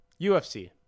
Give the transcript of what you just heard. UFC